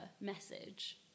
message